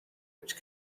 which